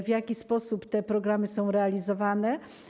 W jaki sposób te programy są realizowane?